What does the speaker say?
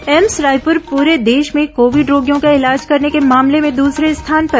AIIMS Raipur पूरे देश में कोविड रोगियों का इलाज करने के मामले में दूसरे स्थान पर